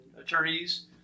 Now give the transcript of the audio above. attorneys